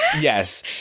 Yes